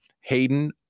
Hayden